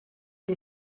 que